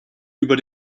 über